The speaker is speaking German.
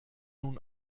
nun